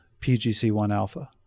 PGC1-alpha